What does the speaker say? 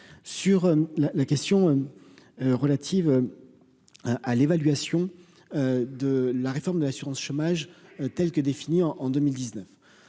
sur la la question relative à l'évaluation de la réforme de l'assurance chômage, telle que définie en en 2019,